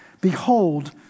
Behold